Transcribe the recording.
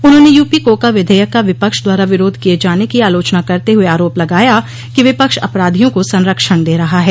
उन्होंने UP COCA विधेयक का विपक्ष द्वारा विरोध किये जाने की आलोचना करते हुए आरोप लगाया कि विपक्ष अपराधियों को संरक्षण दे रहा है